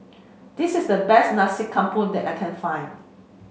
this is the best Nasi Campur that I can find